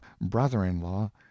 brother-in-law